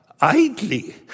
idly